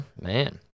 Man